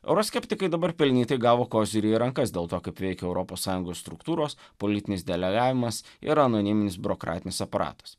euroskeptikai dabar pelnytai gavo kozirį į rankas dėl to kad reikia europos sąjungos struktūros politinis delegavimas ir anoniminis biurokratinis aparatas